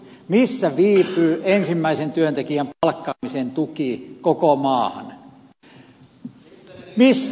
missä viipyy ensimmäisen työntekijän palkkaamisen tuki koko maahan